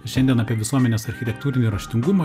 šiandien apie visuomenės architektūrinį raštingumą